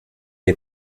est